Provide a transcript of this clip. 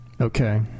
Okay